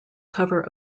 cover